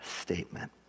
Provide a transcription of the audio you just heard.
statement